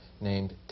named